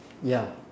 ya